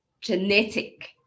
genetic